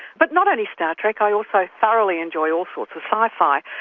but not only star trek i also thoroughly enjoy all sorts of sci-fi.